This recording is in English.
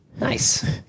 Nice